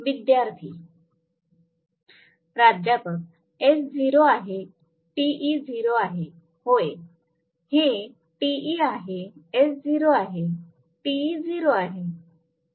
विद्यार्थी प्राध्यापक S 0 आहे Te 0 आहे होय हे Te आहे S 0 आहे Te 0 आहे